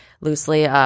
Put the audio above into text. loosely